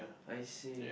I see